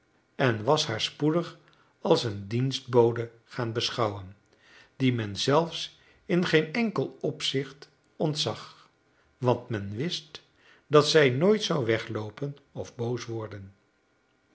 en was haar spoedig als een dienstbode gaan beschouwen die men zelfs in geen enkel opzicht ontzag want men wist dat zij nooit zou wegloopen of boos worden